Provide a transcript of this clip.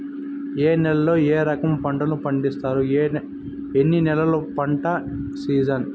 ఏ నేలల్లో ఏ రకము పంటలు పండిస్తారు, ఎన్ని నెలలు పంట సిజన్?